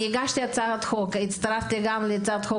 אני הגשתי הצעת חוק והצטרפתי גם להצעת חוק